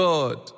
God